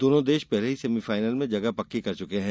दोनों देश पहले ही सेमीफाइनल में जगह पक्की कर चुके हैं